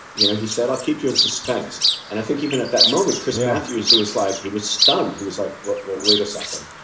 you know, he said, i'll keep you in suspense. and i think even at that moment, chris matthews, who was like he was stunned. he was like, well, wait a second.